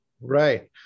Right